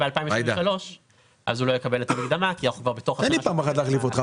אתם לא רוצים לקזז.